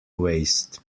waste